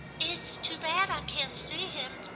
it's too bad i can't see him.